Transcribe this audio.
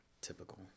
Typical